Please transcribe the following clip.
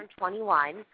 21